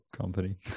company